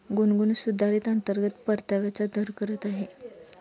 गुनगुन सुधारित अंतर्गत परताव्याचा दर करत आहे